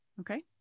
Okay